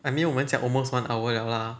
I mean 我们讲 almost one hour liao lah